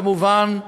כמובן,